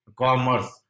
commerce